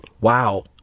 Wow